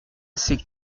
c’est